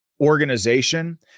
organization